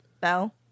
Bell